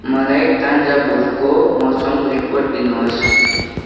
मलाई तान्जाभुरको मौसम रिपोर्ट दिनुहोस्